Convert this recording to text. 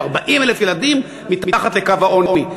40,000 ילדים מתחת לקו העוני.